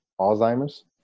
alzheimer's